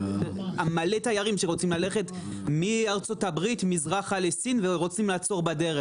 מלא תיירים שרוצים ללכת מארצות הברית מזרחה לסין ורוצים לעצור בדרך.